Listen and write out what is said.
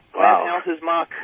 Wow